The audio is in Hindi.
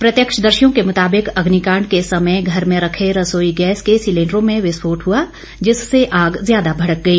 प्रत्यक्षदर्शियों के मुताबिक अग्निकांड के समय घर में रखे रसोई गैस के सिलेंडरों में विस्फोट हुआ जिससे आग ज्यादा भड़क गई